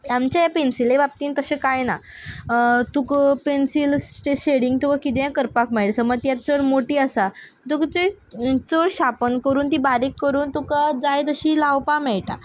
आमचे पेंसिले बाबतींत तशें कांय ना तुक पेंसिल्सचें शेडींग तुका कितें करपाक मेळ समज ती आत चड मोठीआसा तुका ती चड शार्पन करून ती बारीक करून तुका जाय तशी लावपा मेयटा